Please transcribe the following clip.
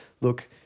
look